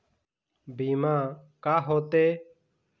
बीमा का होते?